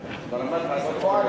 בפועל מה קורה,